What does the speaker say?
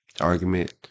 argument